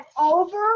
over